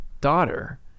daughter